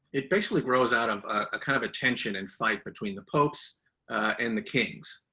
it basically grows out of a, kind of a tension and fight between the popes and the kings.